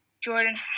Jordan